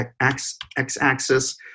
x-axis